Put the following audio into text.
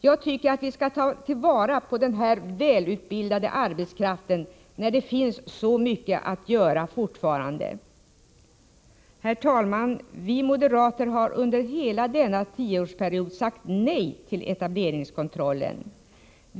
Jag tycker att vi skall ta till vara denna välutbildade arbetskraft, när det fortfarande finns så mycket att göra. Herr talman! Vi moderater har under hela denna tioårsperiod sagt nej till etableringskontrollen.